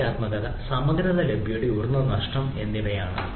രഹസ്യാത്മക സമഗ്രത ലഭ്യതയുടെ ഉയർന്ന നഷ്ടം എന്നിവയാണ്